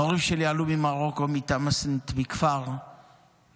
ההורים שלי עלו ממרוקו, מתאמסטינת, מכפר למעברה.